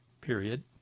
period